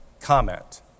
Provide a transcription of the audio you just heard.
comment